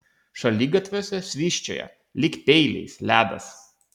šaligatviuose švysčioja lyg peiliais ledas